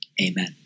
Amen